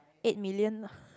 eight million lah